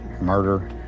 murder